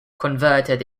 converted